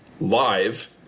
live